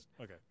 okay